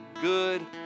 good